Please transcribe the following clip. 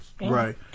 Right